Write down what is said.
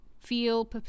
feel